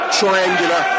triangular